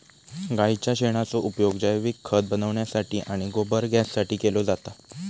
गाईच्या शेणाचो उपयोग जैविक खत बनवण्यासाठी आणि गोबर गॅससाठी केलो जाता